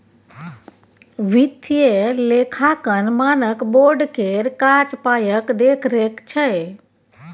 वित्तीय लेखांकन मानक बोर्ड केर काज पायक देखरेख छै